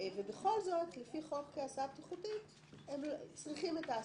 ובכל זאת לפי חוק הסעה בטיחותית הם צריכים את ההסעה.